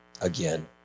again